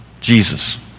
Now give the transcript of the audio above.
Jesus